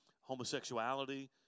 homosexuality